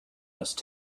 must